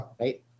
Right